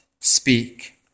speak